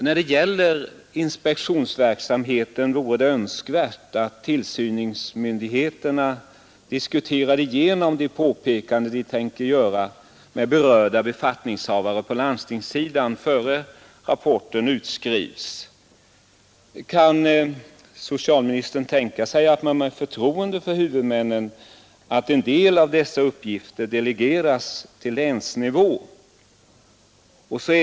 När det gäller inspektionsverksamheten vore det önskvärt att tillsynsmyndigheterna — innan rapporten skrivs ut — med berörda befattningshavare på landstingssidan diskuterade igenom de påpekanden de tänker göra. Kan socialministern tänka sig att man, med förtroende för huvudmännen, delegerar en del av dessa uppgifter till länsnivå?